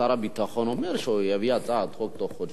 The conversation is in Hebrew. שר הביטחון אומר שהוא יביא הצעת חוק בתוך חודשיים.